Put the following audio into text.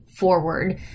forward